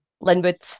Linwood